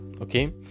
okay